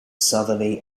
southerly